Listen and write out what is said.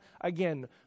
again